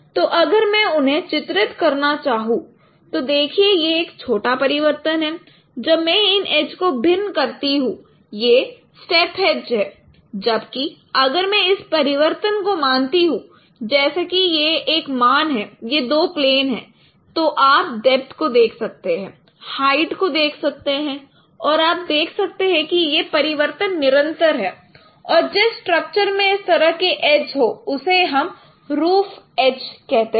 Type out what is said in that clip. तो अगर मैं उन्हें चित्रित करना चाहूं तो देखिए यह एक छोटा परिवर्तन है जब मैं इन एज को भिन्न करता हूं यह स्थेप एज है जबकि अगर मैं इस परिवर्तन को मानता हूं जैसे कि यह एक मान है यह दो प्लेन है तो आप डेप्थ को देख सकते हैं हाइट को देख सकते हैं और आप देख सकते हैं कि यह परिवर्तन निरंतर है और जिस स्ट्रक्चर में इस तरह के एज हो उसे हम रूफ़ एज कहते हैं